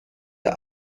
der